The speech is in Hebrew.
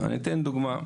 אני אתן דוגמה,